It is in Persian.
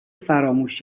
فراموش